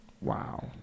Wow